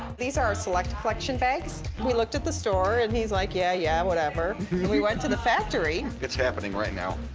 these are our select collection bags. we looked at the store and he's like yeah, yeah whatever. then we went to the factory. it's happening right now,